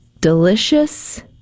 delicious